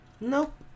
Nope